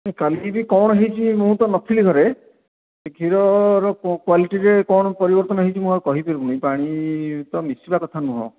କାଲିକି ବି କ'ଣ ହୋଇଛି ମୁଁ ତ ନଥିଲି ଘରେ କ୍ଷୀରର କ୍ଵାଲିଟିରେ କ'ଣ ପରିବର୍ତ୍ତନ ହୋଇଛି ମୁଁ ଆଉ କହିପାରିବିନି ପାଣି ତ ମିଶିବା କଥା ନୁହଁ